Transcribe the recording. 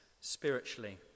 spiritually